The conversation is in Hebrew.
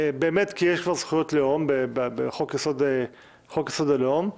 כי יש כבר זכויות לאום בחוק יסוד: הלאום.